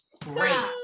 Great